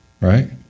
right